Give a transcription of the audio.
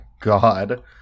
god